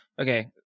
Okay